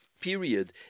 period